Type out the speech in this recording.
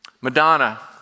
Madonna